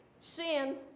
sin